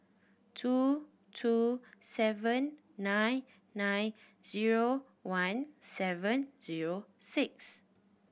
two two seven nine nine zero one seven zero six